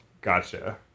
Gotcha